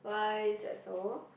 why is that so